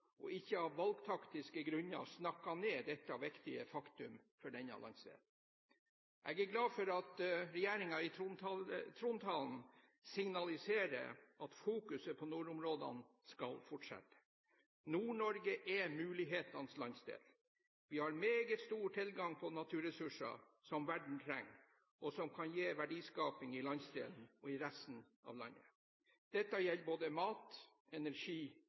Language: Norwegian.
og ikke av valgtaktiske grunner «snakker ned» dette viktige faktum for denne landsdelen. Jeg er glad for at regjeringen i trontalen signaliserer at fokuseringen på nordområdene skal fortsette. Nord-Norge er mulighetenes landsdel. Vi har meget stor tilgang på naturressurser som verden trenger, og som kan gi verdiskaping i landsdelen og i resten av landet. Dette gjelder både mat, energi